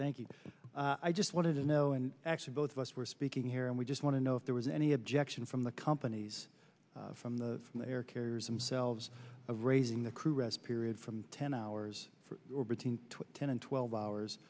but i just wanted to know and actually both of us were speaking here and we just want to know if there was any objection from the companies from the from the air carriers themselves of raising the crew rest period from ten hour or between ten and twelve hours